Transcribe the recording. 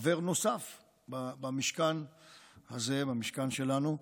חבר נוסף במשכן הזה, במשכן שלנו,